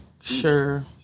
Sure